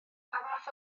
fath